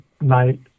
night